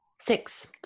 Six